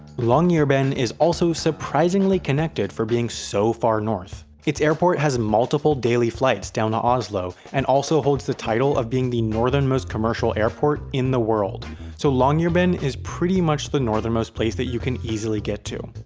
longyearbyen is also surprisingly connected for being so far north. its airport has multiple daily flights down to oslo and also holds the title of being the northernmost commercial airport in the world so longyearbyen is pretty much the northernmost place that you can easily get to.